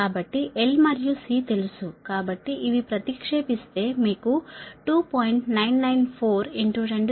కాబట్టి L మరియు C తెలుసు కాబట్టి ఇవి ప్రతిక్షేపిస్తే మీకు 2